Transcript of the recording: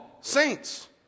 saints